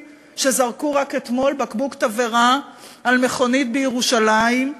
שזרקו רק אתמול בקבוק תבערה על מכונית בירושלים,